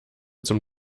zum